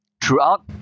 throughout